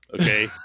okay